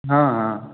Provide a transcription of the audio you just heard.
हाँ हाँ